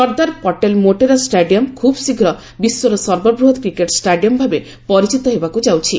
Sardar Patel Motera stadium ଖୁବ୍ ଶୀଘ୍ର ବିଶ୍ୱର ସର୍ବ ବୃହତ୍ କ୍ରିକେଟ ଷ୍ଟାଡିୟମଭାବେ ପରିଚିତ ହେବାକୁ ଯାଉଛି